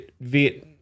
Viet